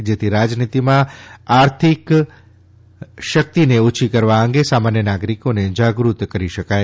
જેથી રાજનીતીમાં આર્થિક શાંતિને ઓછી કરવા અંગે સામાન્ય નાગરીકોને જાગૃત કરી શકાય